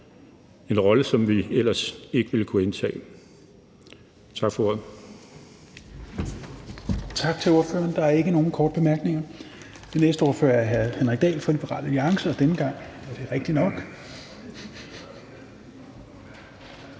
en rolle, som vi ellers ikke ville kunne indtage. Tak for ordet.